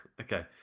Okay